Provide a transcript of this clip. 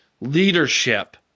leadership